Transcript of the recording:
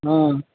हाँ